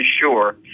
sure